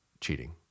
cheating